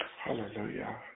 Hallelujah